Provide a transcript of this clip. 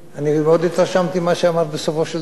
אני מאוד התרשמתי ממה שאמרת בסופו של דבר.